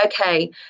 okay